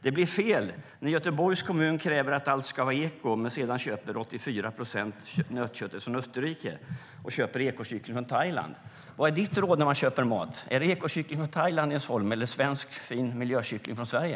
Det blir fel när Göteborgs kommun kräver att allt ska vara eko men sedan köper 84 procent av nötköttet från Österrike och köper ekokyckling från Thailand. Vilket är ditt råd när man köper mat, Jens Holm? Ska man köpa ekokyckling från Thailand eller fin miljökyckling från Sverige?